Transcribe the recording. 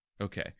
Okay